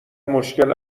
مشکل